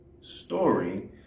story